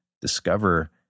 discover